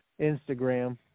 Instagram